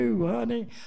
honey